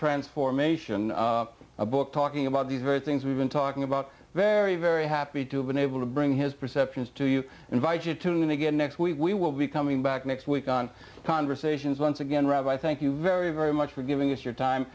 trance formation a book talking about these very things we've been talking about very very happy to have been able to bring his perceptions to you invited tune in again next week we will be coming back next week on conversations once again rabbi thank you very very much for giving us your time